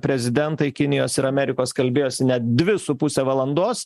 prezidentai kinijos ir amerikos kalbėjosi net dvi su puse valandos